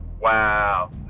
wow